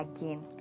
again